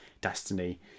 destiny